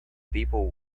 people